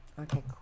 Okay